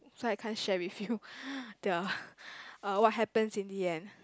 so I can't share with you the uh what happens in the end